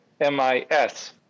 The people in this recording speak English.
M-I-S